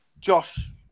Josh